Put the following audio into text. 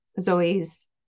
Zoe's